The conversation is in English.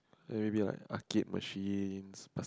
maybe like arcade machines